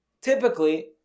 Typically